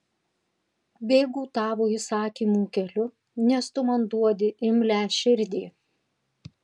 bėgu tavo įsakymų keliu nes tu man duodi imlią širdį